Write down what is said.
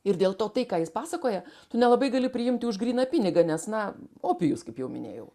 ir dėl to tai ką jis pasakoja tu nelabai gali priimti už gryną pinigą nes na opijus kaip jau minėjau